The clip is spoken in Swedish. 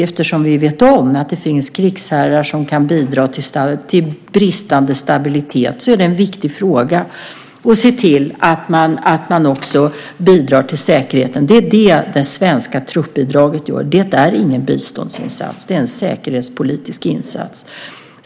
Eftersom vi vet att det finns krigshärdar som kan bidra till bristande stabilitet är det viktigt att se till att man bidrar till säkerheten. Det är det det svenska truppbidraget gör. Det är ingen biståndsinsats. Det är en säkerhetspolitisk insats.